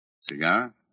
Cigar